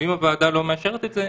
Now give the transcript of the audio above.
ואם הוועדה לא מאשרת את זה,